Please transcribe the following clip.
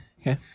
Okay